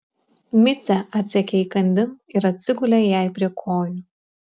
micė atsekė įkandin ir atsigulė jai prie kojų